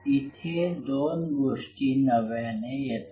इथे दोन गोष्टी नव्याने येतात